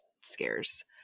scares